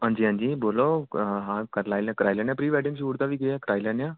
हांजी हांजी बोल्लो हां करी लैने आं कराई लैन आं प्री वैडिंग शूट दा बी कराई लै